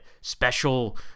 special